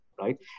right